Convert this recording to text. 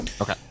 Okay